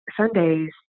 Sundays